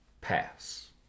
pass